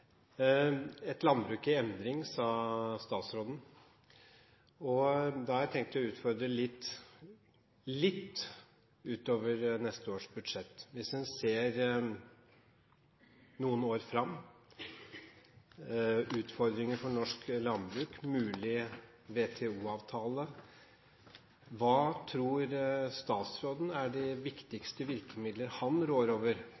Et landbruk i endring, sa statsråden. Da har jeg tenkt å utfordre litt utover neste års budsjett. Hvis en ser noen år fremover, på utfordringer for norsk landbruk, en mulig WTO-avtale, hva tror statsråden er de viktigste virkemidler han rår over